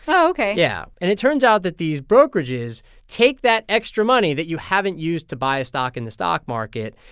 ok yeah. and it turns out that these brokerages take that extra money that you haven't used to buy a stock in the stock market,